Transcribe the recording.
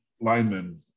linemen